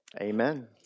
amen